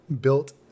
built